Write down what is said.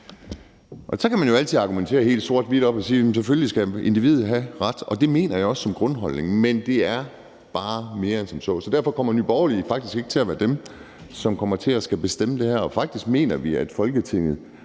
Så kan man jo altid argumentere helt sort-hvidt og sige, at selvfølgelig skal individet have en ret, og det mener jeg også som grundholdning, men det er bare mere svært end som så. Så derfor kommer Nye Borgerlige faktisk ikke til at være dem, som kommer til at skulle bestemme det her. Faktisk mener vi, at det,